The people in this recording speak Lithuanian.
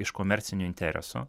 iš komercinių interesų